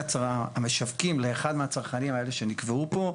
המשווקים לאחד מהצרכנים האלה שנקבעו פה.